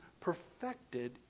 perfected